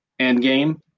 Endgame